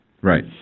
Right